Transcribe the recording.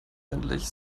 endlich